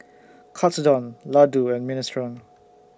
Katsudon Ladoo and Minestrone